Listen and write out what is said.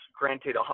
granted